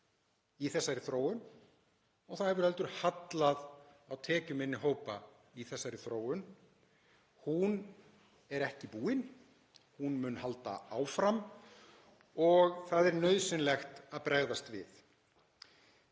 í þessari þróun og það hefur heldur hallað á tekjuminni hópa í þessari þróun. Hún er ekki búin, hún mun halda áfram og það er nauðsynlegt að bregðast við.